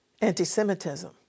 anti-semitism